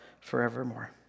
forevermore